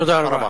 תודה רבה.